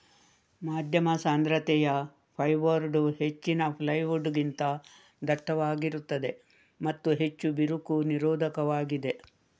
ಮಧ್ಯಮ ಸಾಂದ್ರತೆಯ ಫೈರ್ಬೋರ್ಡ್ ಹೆಚ್ಚಿನ ಪ್ಲೈವುಡ್ ಗಿಂತ ದಟ್ಟವಾಗಿರುತ್ತದೆ ಮತ್ತು ಹೆಚ್ಚು ಬಿರುಕು ನಿರೋಧಕವಾಗಿದೆ